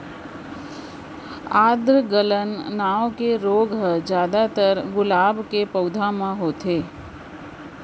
आद्र गलन नांव के रोग ह जादातर गुलाब के पउधा म होथे